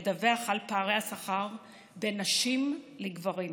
לדווח על פערי השכר בין נשים לגברים.